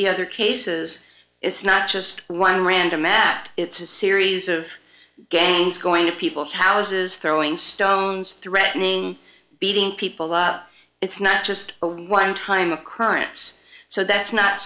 the other cases it's not just one random act it's a series of games going to people's houses throwing stones threatening beating people up it's not just a one time occurrence so that's not